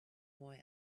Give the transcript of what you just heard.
boy